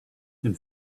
and